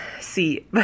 see